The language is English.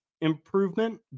improvement